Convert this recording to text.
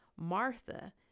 Martha